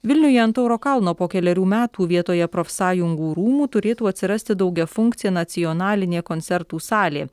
vilniuje ant tauro kalno po kelerių metų vietoje profsąjungų rūmų turėtų atsirasti daugiafunkcė nacionalinė koncertų salė